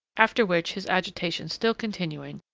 after which, his agitation still continuing,